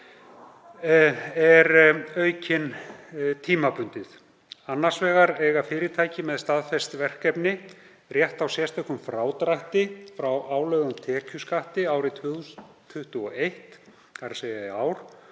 er aukinn tímabundið. Annars vegar eiga fyrirtæki með staðfest verkefni rétt á sérstökum frádrætti frá álögðum tekjuskatti árin 2021, þ.e. í ár,